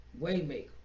Waymaker